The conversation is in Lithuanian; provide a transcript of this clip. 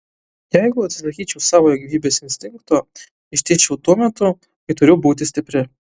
jeigu atsisakyčiau savojo gyvybės instinkto ištižčiau tuo metu kai turiu būti stipri